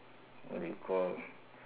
what do you call